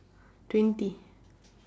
twenty